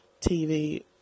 tv